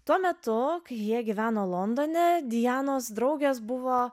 tuo metu kai jie gyveno londone dianos draugės buvo